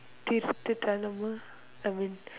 taste the dilemma I mean